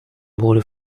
border